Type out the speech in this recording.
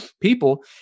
people